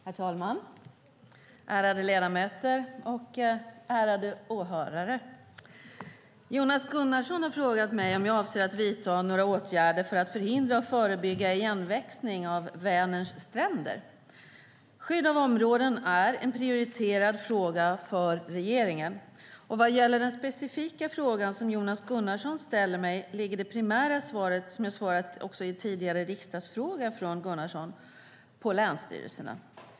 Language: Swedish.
Herr talman, ärade ledamöter och ärade åhörare! Jonas Gunnarsson har frågat mig om jag avser att vidta några åtgärder för att förhindra och förebygga igenväxning av Vänerns stränder. Skydd av områden är en prioriterad fråga för regeringen. Vad gäller den specifika frågan som Jonas Gunnarsson ställer till mig ligger det primära ansvaret, vilket jag också har sagt i svaret på tidigare riksdagsfråga från Gunnarsson, på länsstyrelserna.